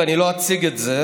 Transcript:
ואני לא אציג את זה,